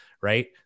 right